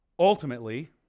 Ultimately